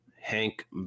Hank